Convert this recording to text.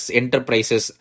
enterprises